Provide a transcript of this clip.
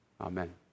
amen